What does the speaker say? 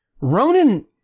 Ronan